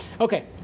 Okay